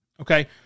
okay